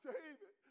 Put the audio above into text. David